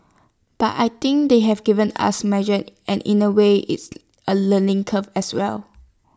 but I think they've given us measures and in A way it's A learning curve as well